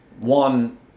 One